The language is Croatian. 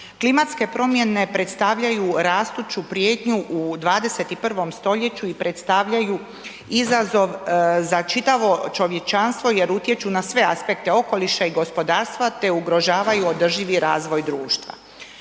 Klimatske promjene predstavljaju rastuću prijetnju u 21. st. i predstavljaju izazov za čitavo čovječanstvo jer utječu na sve aspekte okoliša i gospodarstva te ugrožavaju održivi razvoj društva.